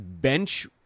bench